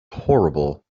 horrible